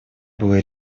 было